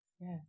yes